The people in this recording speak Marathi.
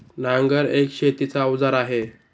नांगर एक शेतीच अवजार आहे